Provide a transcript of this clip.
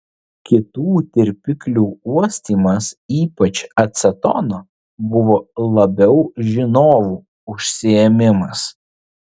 kitų tirpiklių uostymas ypač acetono buvo labiau žinovų užsiėmimas